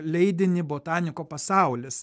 leidinį botaniko pasaulis